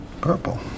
Purple